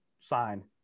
sign